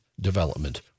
development